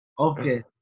Okay